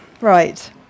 Right